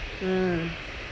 mm